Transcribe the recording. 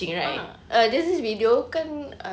ah there's this video kan